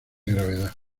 gravedad